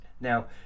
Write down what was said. Now